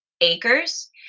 acres